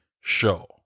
show